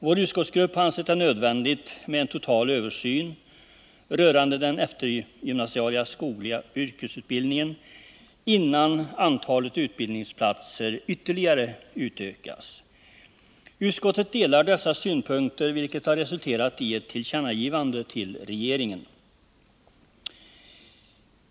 Vår utskottsgrupp har ansett det nödvändigt med en total översyn rörande den eftergymnasiala skogliga yrkesutbildningen, innan antalet utbildningsplatser ytterligare utökas. Utskottet delar dessa synpunkter, vilket har resulterat i ett tillkännagivande till regeringen.